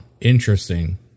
Interesting